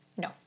No